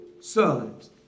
sons